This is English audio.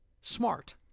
smart